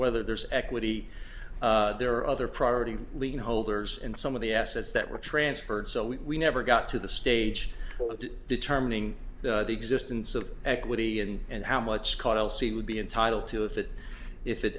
whether there's equity there are other priorities leaving holders and some of the assets that were transferred so we never got to the stage of determining the existence of equity in and how much scott l c would be entitled to if it if it